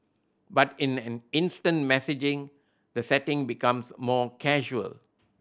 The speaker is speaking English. but in an instant messaging the setting becomes more casual